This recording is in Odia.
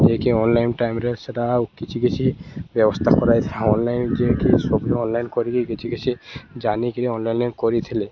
ଯେ କି ଅନ୍ଲାଇନ୍ ଟାଇମ୍ରେ ସେଟା ଆଉ କିଛି କିଛି ବ୍ୟବସ୍ଥା କରାଇଥିଲା ଅନ୍ଲାଇନ୍ ଯିଏ କିି ସବୁ ଅନ୍ଲାଇନ୍ କରିକି କିଛି କିଛି ଜାନିକିରି ଅନ୍ଲାଇନ୍ରେ କରିଥିଲେ